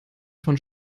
von